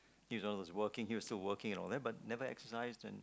he was the one who's working he was still working and all that but never exercise and